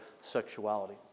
sexuality